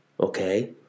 okay